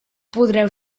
podreu